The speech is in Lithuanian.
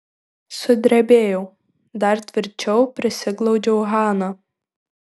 sudrebėjau dar tvirčiau prisiglaudžiau haną